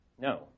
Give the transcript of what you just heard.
No